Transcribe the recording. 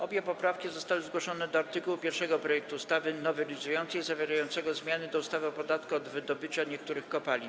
Obie poprawki zostały zgłoszone do art. 1 projektu ustawy nowelizującej zawierającego zmiany do ustawy o podatku od wydobycia niektórych kopalin.